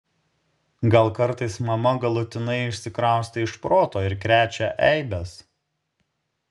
gal kartais mama galutinai išsikraustė iš proto ir krečia eibes